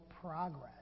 progress